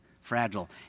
fragile